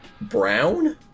Brown